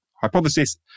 hypothesis